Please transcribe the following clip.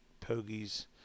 pogies